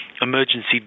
emergency